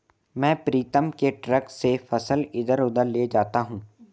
मैं प्रीतम के ट्रक से फसल इधर उधर ले जाता हूं